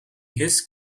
his